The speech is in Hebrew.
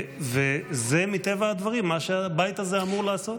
וזה מטבע הדברים מה שהבית הזה אמור לעשות.